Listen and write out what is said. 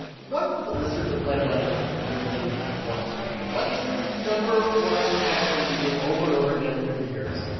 what do the listeners of planet money really want to know? what is the number one question you get over and over again through the years?